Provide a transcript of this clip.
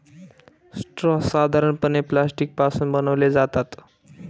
straw साधारणपणे plastic पासून बनवले जातात